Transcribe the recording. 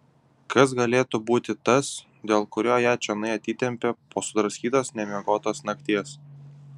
kas galėtų būti tas dėl kurio ją čionai atitempė po sudraskytos nemiegotos nakties